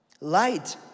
Light